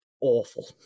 awful